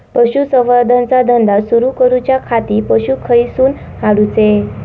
पशुसंवर्धन चा धंदा सुरू करूच्या खाती पशू खईसून हाडूचे?